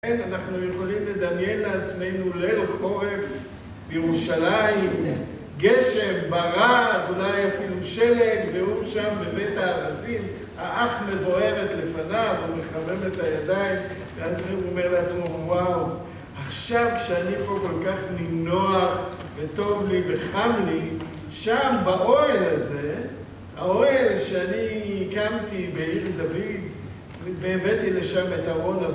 אנחנו יכולים לדמיין לעצמנו ליל חורף, ירושלים, גשם, ברד, אולי אפילו שלג, והוא שם בבית הארזים, האח מבוערת לפניו, הוא מחמם את הידיים, ואז הוא אומר לעצמו, וואו, עכשיו כשאני פה כל כך נינוח, וטוב לי, וחם לי, שם באוהל הזה, האוהל שאני הקמתי בעיר דוד, והבאתי לשם את ארון ה...